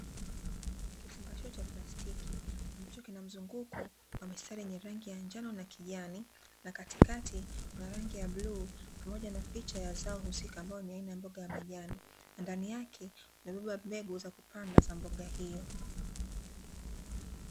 Kifungashio cha plastiki ambacho kina mzunguko wa mistari yenye rangi ya njano na kijani na katikati kuna rangi ya bluu pamoja na picha ya zao husika ambayo ni aina ya mboga ya majani ndani yake kumebebwa mbegu za kupanda za mboga hiyo.